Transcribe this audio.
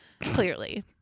Clearly